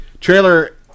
Trailer